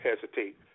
hesitate